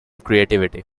creativity